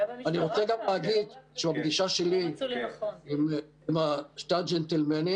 אני גם רוצה להגיד שבפגישה שלי עם שני הג'נטלמנים,